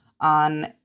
on